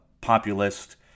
populist